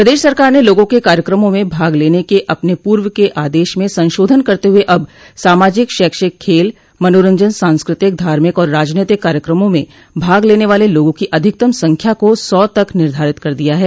प्रदेश सरकार ने लोगों के कार्यक्रमों में भाग लेने के अपने पूर्व के आदेश में संशोधन करते हुए अब सामाजिक शैक्षिक खेल मनोरंजन सांस्कृतिक धार्मिक और राजनैतिक कार्यक्रमों में भाग लेने वाले लोगों की अधिकतम संख्या को सौ तक निर्धारित कर दिया है